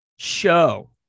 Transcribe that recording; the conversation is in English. show